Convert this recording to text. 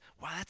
wow